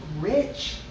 rich